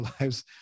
lives